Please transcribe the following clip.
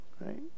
Right